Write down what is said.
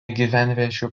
gyvenviečių